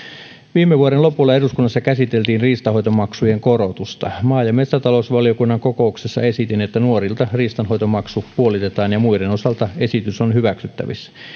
viime vuoden lopulla eduskunnassa käsiteltiin riistanhoitomaksujen korotusta maa ja metsätalousvaliokunnan kokouksessa esitin että nuorilta riistanhoitomaksu puolitetaan ja muiden osalta esitys on hyväksyttävissä